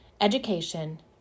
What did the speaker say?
education